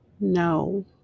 no